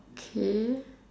okay